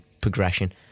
progression